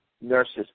nurses